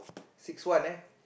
six one ah